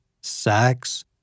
sex